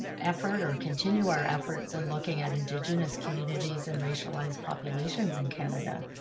effort or continue our efforts in looking at indigenous communities and racialized populations in canada,